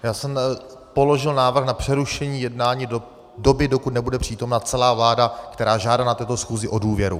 Já jsem položil návrh na přerušení jednání do doby, dokud nebude přítomna celá vláda, která žádá na této schůzi o důvěru.